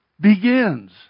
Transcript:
begins